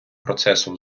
процесу